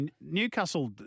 Newcastle